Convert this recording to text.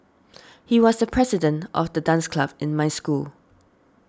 he was the president of the dance club in my school